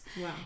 Wow